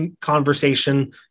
conversation